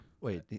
wait